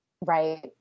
Right